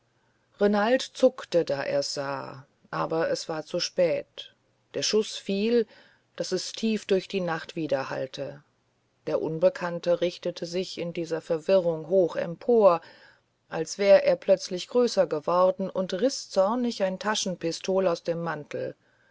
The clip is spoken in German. renald zuckte da er's sah aber es war zu spät der schuß fiel daß es tief durch die nacht widerhallte der unbekannte richtete sich in dieser verwirrung hoch empor als wär er plötzlich größer geworden und riß zornig ein taschenpistol aus dem mantel